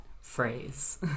phrase